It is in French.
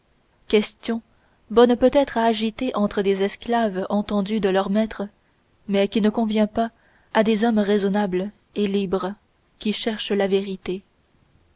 question bonne peut-être à agiter entre des esclaves entendus de leurs maîtres mais qui ne convient pas à des hommes raisonnables et libres qui cherchent la vérité